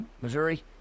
Missouri